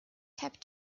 kept